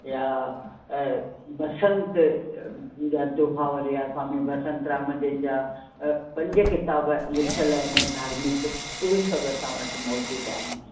या बसंत या दोहावली आहे स्वामी बसंत राम जिनि जा पंज किताब लिखियल आहिनि धार्मिक उहे सभु असां वटि मौजूदु आहिनि